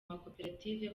makoperative